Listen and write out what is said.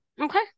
Okay